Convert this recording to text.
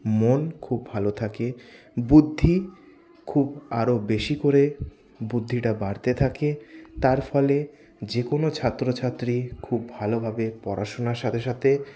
মন খুব ভালো থাকে বুদ্ধি খুব আরও বেশি করে বুদ্ধিটা বাড়তে থাকে তার ফলে যেকোনো ছাত্রছাত্রী খুব ভালোভাবে পড়াশোনার সাথে সাথে